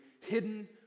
hidden